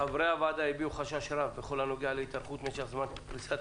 חברי הוועדה הביאו חשש רב בכל הנוגע להתארכות משך זמן פריסת